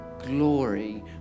glory